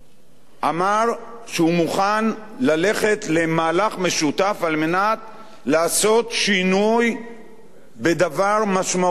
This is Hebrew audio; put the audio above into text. אמר שהוא מוכן ללכת למהלך משותף על מנת לעשות שינוי בדבר משמעותי מאוד,